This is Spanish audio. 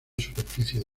superficie